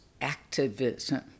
activism